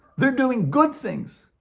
they're doing good things!